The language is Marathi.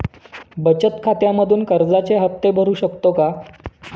बचत खात्यामधून कर्जाचे हफ्ते भरू शकतो का?